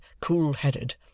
cool-headed